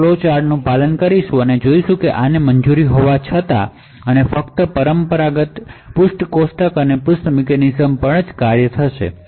આપણે ફ્લોચાર્ટનું પાલન કરીશું અને જોઈએ કે આને મંજૂરી હોવી જોઈએ અને ફક્ત પરંપરાગત પેજ ટેબલ અને પેજ મિકેનિઝમ્સ કાર્ય કરશે